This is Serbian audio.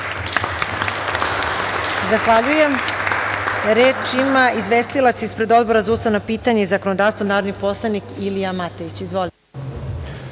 Zahvaljujem. Reč ima izvestilac ispred Odbora za ustavna pitanja i zakonodavstvo, narodni poslanik Ilija Matejić. Izvolite.